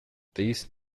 these